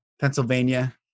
Pennsylvania